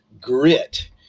grit